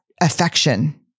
affection